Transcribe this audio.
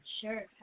Sure